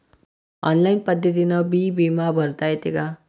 Online पद्धतीनं बी बिमा भरता येते का?